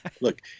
Look